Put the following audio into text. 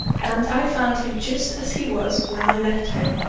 and i found him just as he was when i left home,